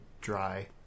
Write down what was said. dry